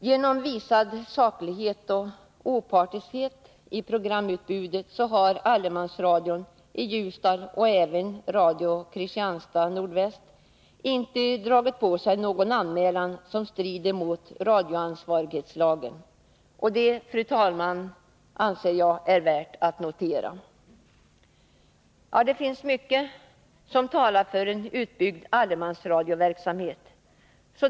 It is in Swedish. Genom visad saklighet och opartiskhet i programutbudet har allemansradion i Ljusdal — och det gäller även Radio Kristianstad Nordväst — inte dragit på sig någon anmälan för att något program skulle strida mot radioansvarighetslagen. Det anser jag, fru talman, vara värt att notera. Det finns mycket som talar för en utbyggd allemansradioverksamhet.